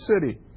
city